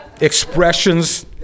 expressions